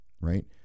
right